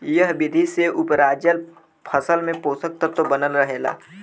एह विधि से उपराजल फसल में पोषक तत्व बनल रहेला